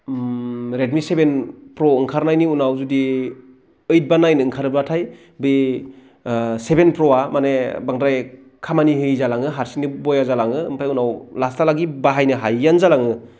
उम Redmi seven pro ओंखारनायनि उनाव जुदि ओइट एबा नाइन ओंखारोब्लाथाय बे ओ सेभेन प्रआ माने बांद्राय खामानि होयि जालांनो हारसिंनो बया जालाङो ओमफ्राय उनाव लास्ट हालागि बाहायनो हायिआनो जालाङो